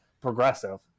progressive